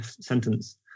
sentence